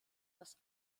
das